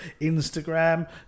Instagram